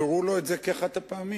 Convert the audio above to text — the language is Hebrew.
תספרו לו את זה כאחת הפעמים.